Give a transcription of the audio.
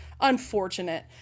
unfortunate